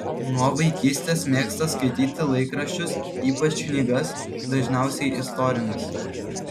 nuo vaikystės mėgsta skaityti laikraščius ypač knygas dažniausiai istorines